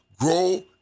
Grow